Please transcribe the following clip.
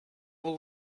will